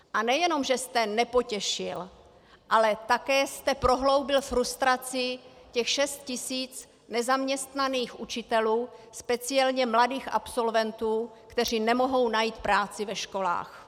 A nejen že jste nepotěšil, ale také jste prohloubil frustraci 6 tisíc nezaměstnaných učitelů, speciálně mladých absolventů, kteří nemohou najít práci ve školách.